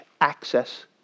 access